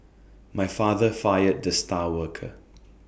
my father fired the star worker